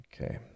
okay